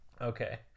okay